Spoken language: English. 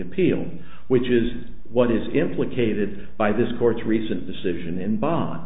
appeal which is what is implicated by this court's recent decision in bon